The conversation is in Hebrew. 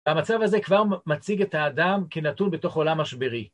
המצב הזה כבר מציג את האדם כנתון בתוך עולם משברי.